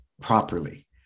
properly